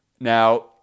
now